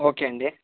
okay అండి